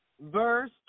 Verse